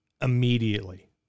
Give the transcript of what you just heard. Immediately